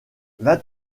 vingt